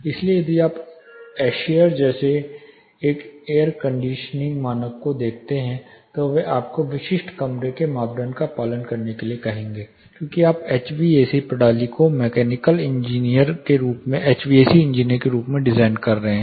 इसलिए यदि आप ASHRAE जैसे एक एयर कंडीशनिंग मानक को देखते हैं तो वे आपको विशिष्ट कमरे के मानदंड का पालन करने के लिए कहेंगे क्योंकि आप HVAC प्रणाली को मैकेनिकल इंजीनियर के रूप में या HVAC इंजीनियर के रूप में डिजाइन कर रहे हैं